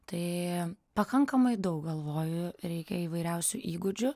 tai pakankamai daug galvoju reikia įvairiausių įgūdžių